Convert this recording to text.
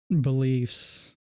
beliefs